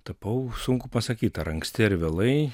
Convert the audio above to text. tapau sunku pasakyt ar anksti ar vėlai